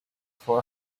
for